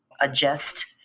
adjust